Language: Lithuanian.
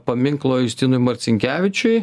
paminklo justinui marcinkevičiui